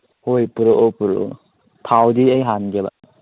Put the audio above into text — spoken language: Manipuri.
ꯍꯣꯏ ꯄꯨꯔꯛꯑꯣ ꯄꯨꯔꯛꯑꯣ ꯊꯥꯎꯗꯤ ꯑꯩ ꯍꯥꯟꯒꯦꯕ